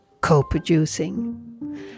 co-producing